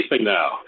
now